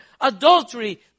adultery